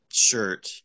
shirt